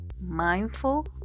mindful